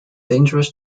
dangerous